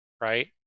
Right